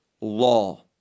law